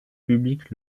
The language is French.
public